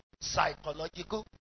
psychological